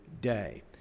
day